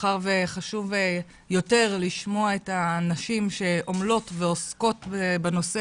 מאחר שחשוב יותר לשמוע את הנשים שעמלות ועוסקות בנושא